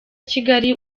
kigali